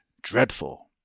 Dreadful